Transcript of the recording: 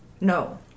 No